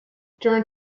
during